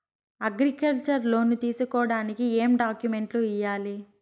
Agriculture loan తీసుకోడానికి ఏం డాక్యుమెంట్లు ఇయ్యాలి?